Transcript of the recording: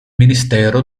ministero